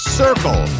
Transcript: circle